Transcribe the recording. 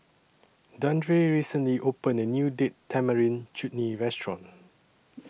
Dandre recently opened A New Date Tamarind Chutney Restaurant